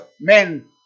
men